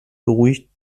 beruhigt